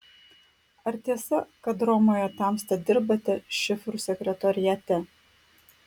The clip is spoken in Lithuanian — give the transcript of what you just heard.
ar tiesa kad romoje tamsta dirbate šifrų sekretoriate